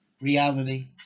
reality